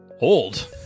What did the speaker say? Old